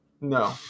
No